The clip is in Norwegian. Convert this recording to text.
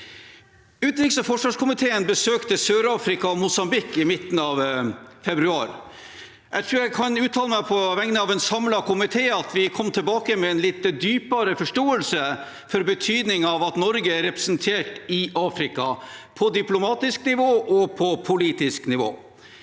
Utenriks- og forsvarskomiteen besøkte Sør-Afrika og Mosambik i midten av februar. Jeg tror jeg kan uttale meg på vegne av en samlet komité om at vi kom tilbake med en litt dypere forståelse for betydningen av at Norge er representert i Afrika, på diplomatisk nivå og på politisk nivå.